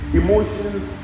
emotions